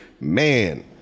man